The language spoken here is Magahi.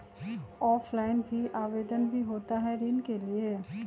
ऑफलाइन भी आवेदन भी होता है ऋण के लिए?